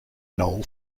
noel